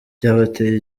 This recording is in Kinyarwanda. byabateye